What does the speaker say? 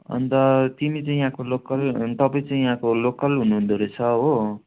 अन्त तिमी चाहिँ यहाँको लोकल तपाईँ चाहिँ यहाँको लोकल हुनुहुँदो रहेछ हो